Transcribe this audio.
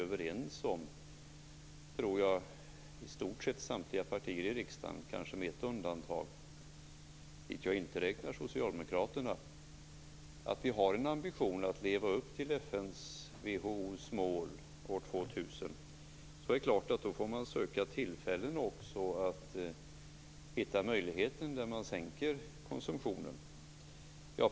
Den politiken är i stort sett samtliga partier i riksdagen överens om - kanske med ett undantag, dit jag inte räknar socialdemokraterna. Då får man lov att hitta möjligheter att sänka alkoholkonsumtionen.